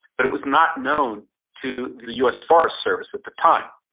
but it was not known to the us forest service at the time.